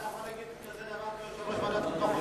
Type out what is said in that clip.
איך אתה יכול להגיד כזה דבר כיושב-ראש ועדת החוקה,